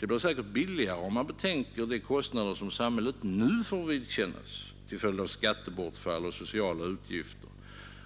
Det blir säkert billigare om man betänker de kostnader som samhället nu får vidkännas till följd av skattebortfall och sociala utgifter,